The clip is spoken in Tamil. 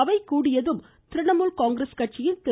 அவை கூடியதும் திரிணாமுல் காங்கிரஸ் கட்சியின் திரு